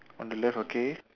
on the left okay